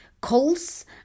calls